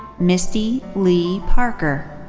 misty leigh parker.